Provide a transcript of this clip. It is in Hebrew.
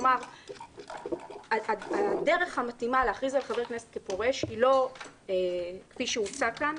כלומר הדרך המתאימה להכריז על חבר כנסת כפורש היא לא כפי שהוצע כאן,